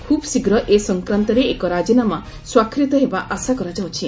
ଖୁବ୍ ଶୀଘ୍ର ଏ ସଂକ୍ରାନ୍ତରେ ଏକ ରାଜିନାମା ସ୍ୱାକ୍ଷରିତ ହେବା ଆଶା କରାଯାଉଛି